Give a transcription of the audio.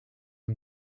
een